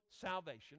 salvation